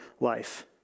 life